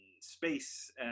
space